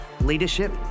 leadership